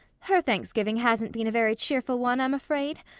her thanksgiving hasn't been a very cheerful one, i'm afraid.